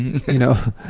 you know,